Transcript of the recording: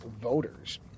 voters